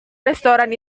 restoran